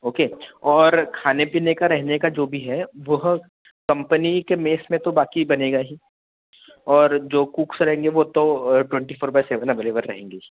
okay और खाने पीने का रहने का जो भी है वह कम्पनी के मेस में तो बाकी बनेगा ही और जो कुक्स रहेंगे वह तो twenty four by seven available रहेंगी